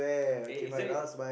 eh isn't it